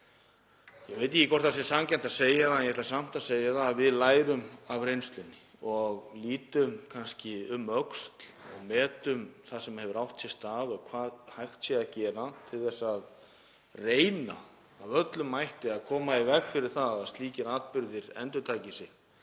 ég veit ekki hvort það er sanngjarnt að segja það, en ég ætla samt að segja það — að við lærum af reynslunni og lítum kannski um öxl, metum það sem hefur átt sér stað og hvað hægt sé að gera til þess að reyna af öllum mætti að koma í veg fyrir að slíkir atburðir endurtaki sig